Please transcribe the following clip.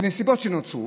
בנסיבות שנוצרו,